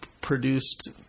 produced